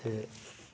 ते